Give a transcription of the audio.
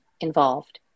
involved